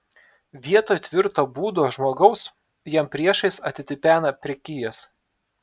vietoj tvirto būdo žmogaus jam priešais atitipena prekijas